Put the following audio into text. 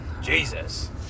Jesus